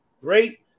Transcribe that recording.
great